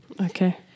Okay